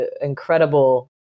incredible